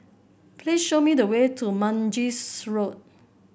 please show me the way to Mangis Road